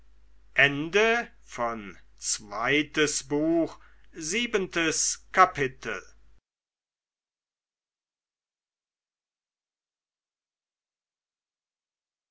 zweites buch erstes kapitel